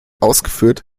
ausgeführt